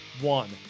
One